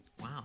Wow